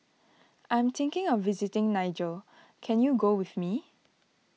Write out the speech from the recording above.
I am thinking of visiting Niger can you go with me